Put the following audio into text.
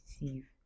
receive